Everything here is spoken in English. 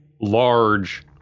large